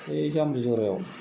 बै जामब्रि जरायाव